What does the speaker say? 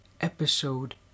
Episode